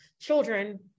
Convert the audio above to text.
children